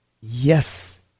Yes